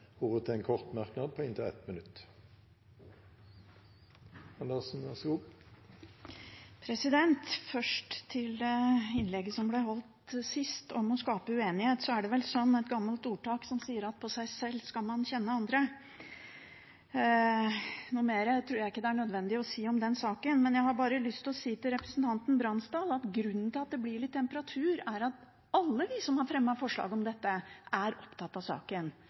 ordet til en kort merknad, begrenset til 1 minutt. Først til innlegget som ble holdt sist, om å skape uenighet: Det er vel et gammelt ordtak som sier at på seg selv skal man kjenne andre. Noe mer tror jeg ikke det er nødvendig å si om den saken. Jeg har lyst til å si til representanten Bransdal at grunnen til at det blir litt temperatur, er at alle vi som har fremmet forslag om dette, er opptatt av saken.